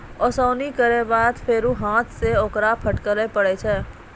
ओसौनी केरो बाद फेरु हाथ सें ओकरा फटके परै छै